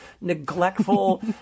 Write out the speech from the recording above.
neglectful